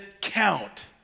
count